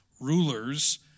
rulers